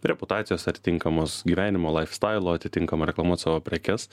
reputacijos ar tinkamos gyvenimo stailo atitinkamo reklamuot savo prekes